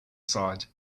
side